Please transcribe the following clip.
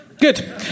Good